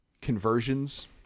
conversions